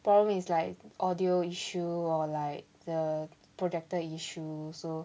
problem is like audio issue or like the projector issue so